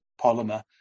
polymer